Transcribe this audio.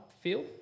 feel